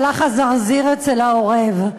הלך הזרזיר אצל העורב.